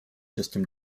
system